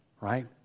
right